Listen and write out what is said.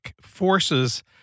forces